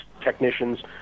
technicians